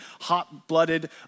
hot-blooded